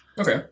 Okay